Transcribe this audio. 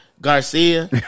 Garcia